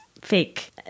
fake